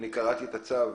אני קראתי את הצו,